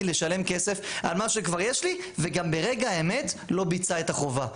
לשלם כסף על משהו שכבר יש לי וגם ברגע האמת לא ביצעה את החובה,